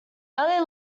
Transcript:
early